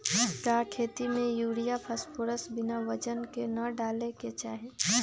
का खेती में यूरिया फास्फोरस बिना वजन के न डाले के चाहि?